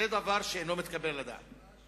זה דבר שאינו מתקבל על הדעת.